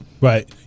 Right